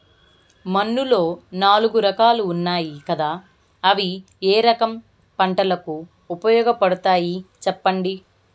మన్నులో నాలుగు రకాలు ఉన్నాయి కదా అవి ఏ రకం పంటలకు ఉపయోగపడతాయి చెప్పండి?